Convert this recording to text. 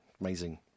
Amazing